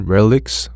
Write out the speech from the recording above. Relics